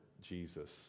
Jesus